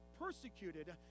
persecuted